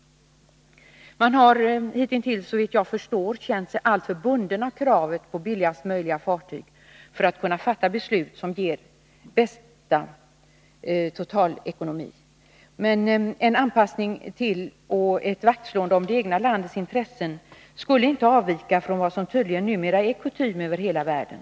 Man har hitintills, såvitt jag förstår, känt sig alltför bunden av kravet på billigaste möjliga fartyg för att kunna fatta beslut som ger den bästa totalekonomin. Men en anpassning till och ett vaktslående om det egna landets intressen skulle inte avvika från vad som tydligen numera är kutym över hela världen.